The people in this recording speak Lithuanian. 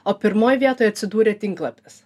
o pirmoj vietoj atsidūrė tinklapis